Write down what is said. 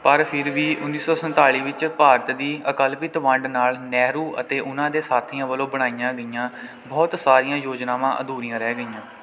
ਪਰ ਫਿਰ ਵੀ ਉੱਨੀ ਸੌ ਸੰਤਾਲੀ ਵਿੱਚ ਭਾਰਤ ਦੀ ਅਕਲਪਿਤ ਵੰਡ ਨਾਲ ਨਹਿਰੂ ਅਤੇ ਉਨ੍ਹਾਂ ਦੇ ਸਾਥੀਆਂ ਵੱਲੋਂ ਬਣਾਈਆਂ ਗਈਆਂ ਬਹੁਤ ਸਾਰੀਆਂ ਯੋਜਨਾਵਾਂ ਅਧੂਰੀਆਂ ਰਹਿ ਗਈਆਂ